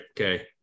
Okay